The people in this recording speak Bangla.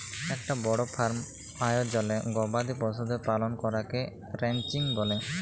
একটা বড় ফার্ম আয়জলে গবাদি পশুদের পালন করাকে রানচিং ব্যলে